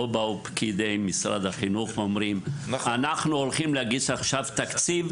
לא באו פקידי משרד החינוך ואמרו: "אנחנו הולכים להגיש עכשיו תקציב.